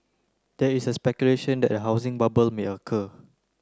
there is the speculation that a housing bubble may occur